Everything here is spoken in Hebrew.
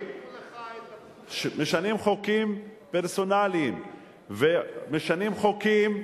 משנים חוקים פרסונליים ומשנים חוקים,